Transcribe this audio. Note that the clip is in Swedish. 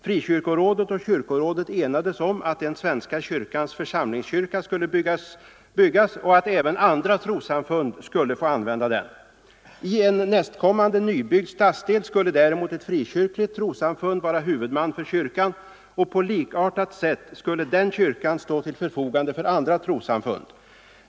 Frikyrkorådet och kyrkorådet enades om att en svenska kyrkans församlingskyrka skulle byggas och att även andra trossamfund skulle få använda den. I en nästkommande nybyggd stadsdel skulle däremot ett frikyrkligt trossamfund vara huvudman för kyrkan, och på likartat sätt skulle den kyrkan stå till förfogande för andra trossamfund.